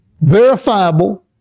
verifiable